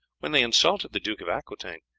when they insulted the duke of aquitaine,